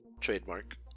trademark